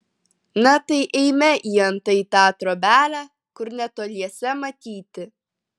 na tai eime į antai tą trobelę kur netoliese matyti